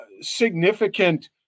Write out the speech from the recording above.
significant